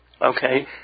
Okay